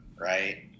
right